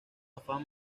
afán